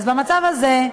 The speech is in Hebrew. אז במצב הזה,